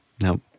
no